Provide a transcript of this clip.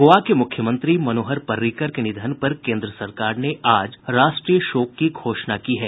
गोवा के मुख्यमंत्री मनोहर पर्रिकर के निधन पर केन्द्र सरकार ने आज राष्ट्रीय शोक की घोषणा की है